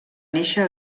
néixer